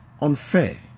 unfair